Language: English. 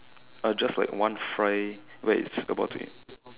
uh just like one fry where it's about to eat